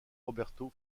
roberto